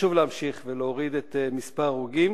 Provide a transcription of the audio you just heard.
חשוב להמשיך ולהוריד את מספר ההרוגים,